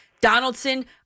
Donaldson